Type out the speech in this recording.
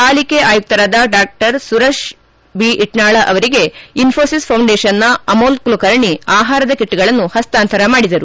ಪಾಲಿಕೆ ಆಯುಕ್ತರ ಡಾ ಸುರೇಶ್ ಬಿ ಇಟ್ನಾಳ ಅವರಿಗೆ ಇನ್ತೋಸಿಸ್ ಫೌಂಡೇಷನ್ನ ಅಮೋಲ್ ಕುಲಕರ್ಣಿ ಆಹಾರದ ಕಿಟ್ಗಳನ್ನು ಪಸ್ತಾಂತರ ಮಾಡಿದರು